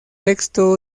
texto